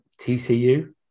tcu